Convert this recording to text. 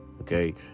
Okay